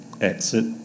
exit